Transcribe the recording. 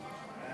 וציונם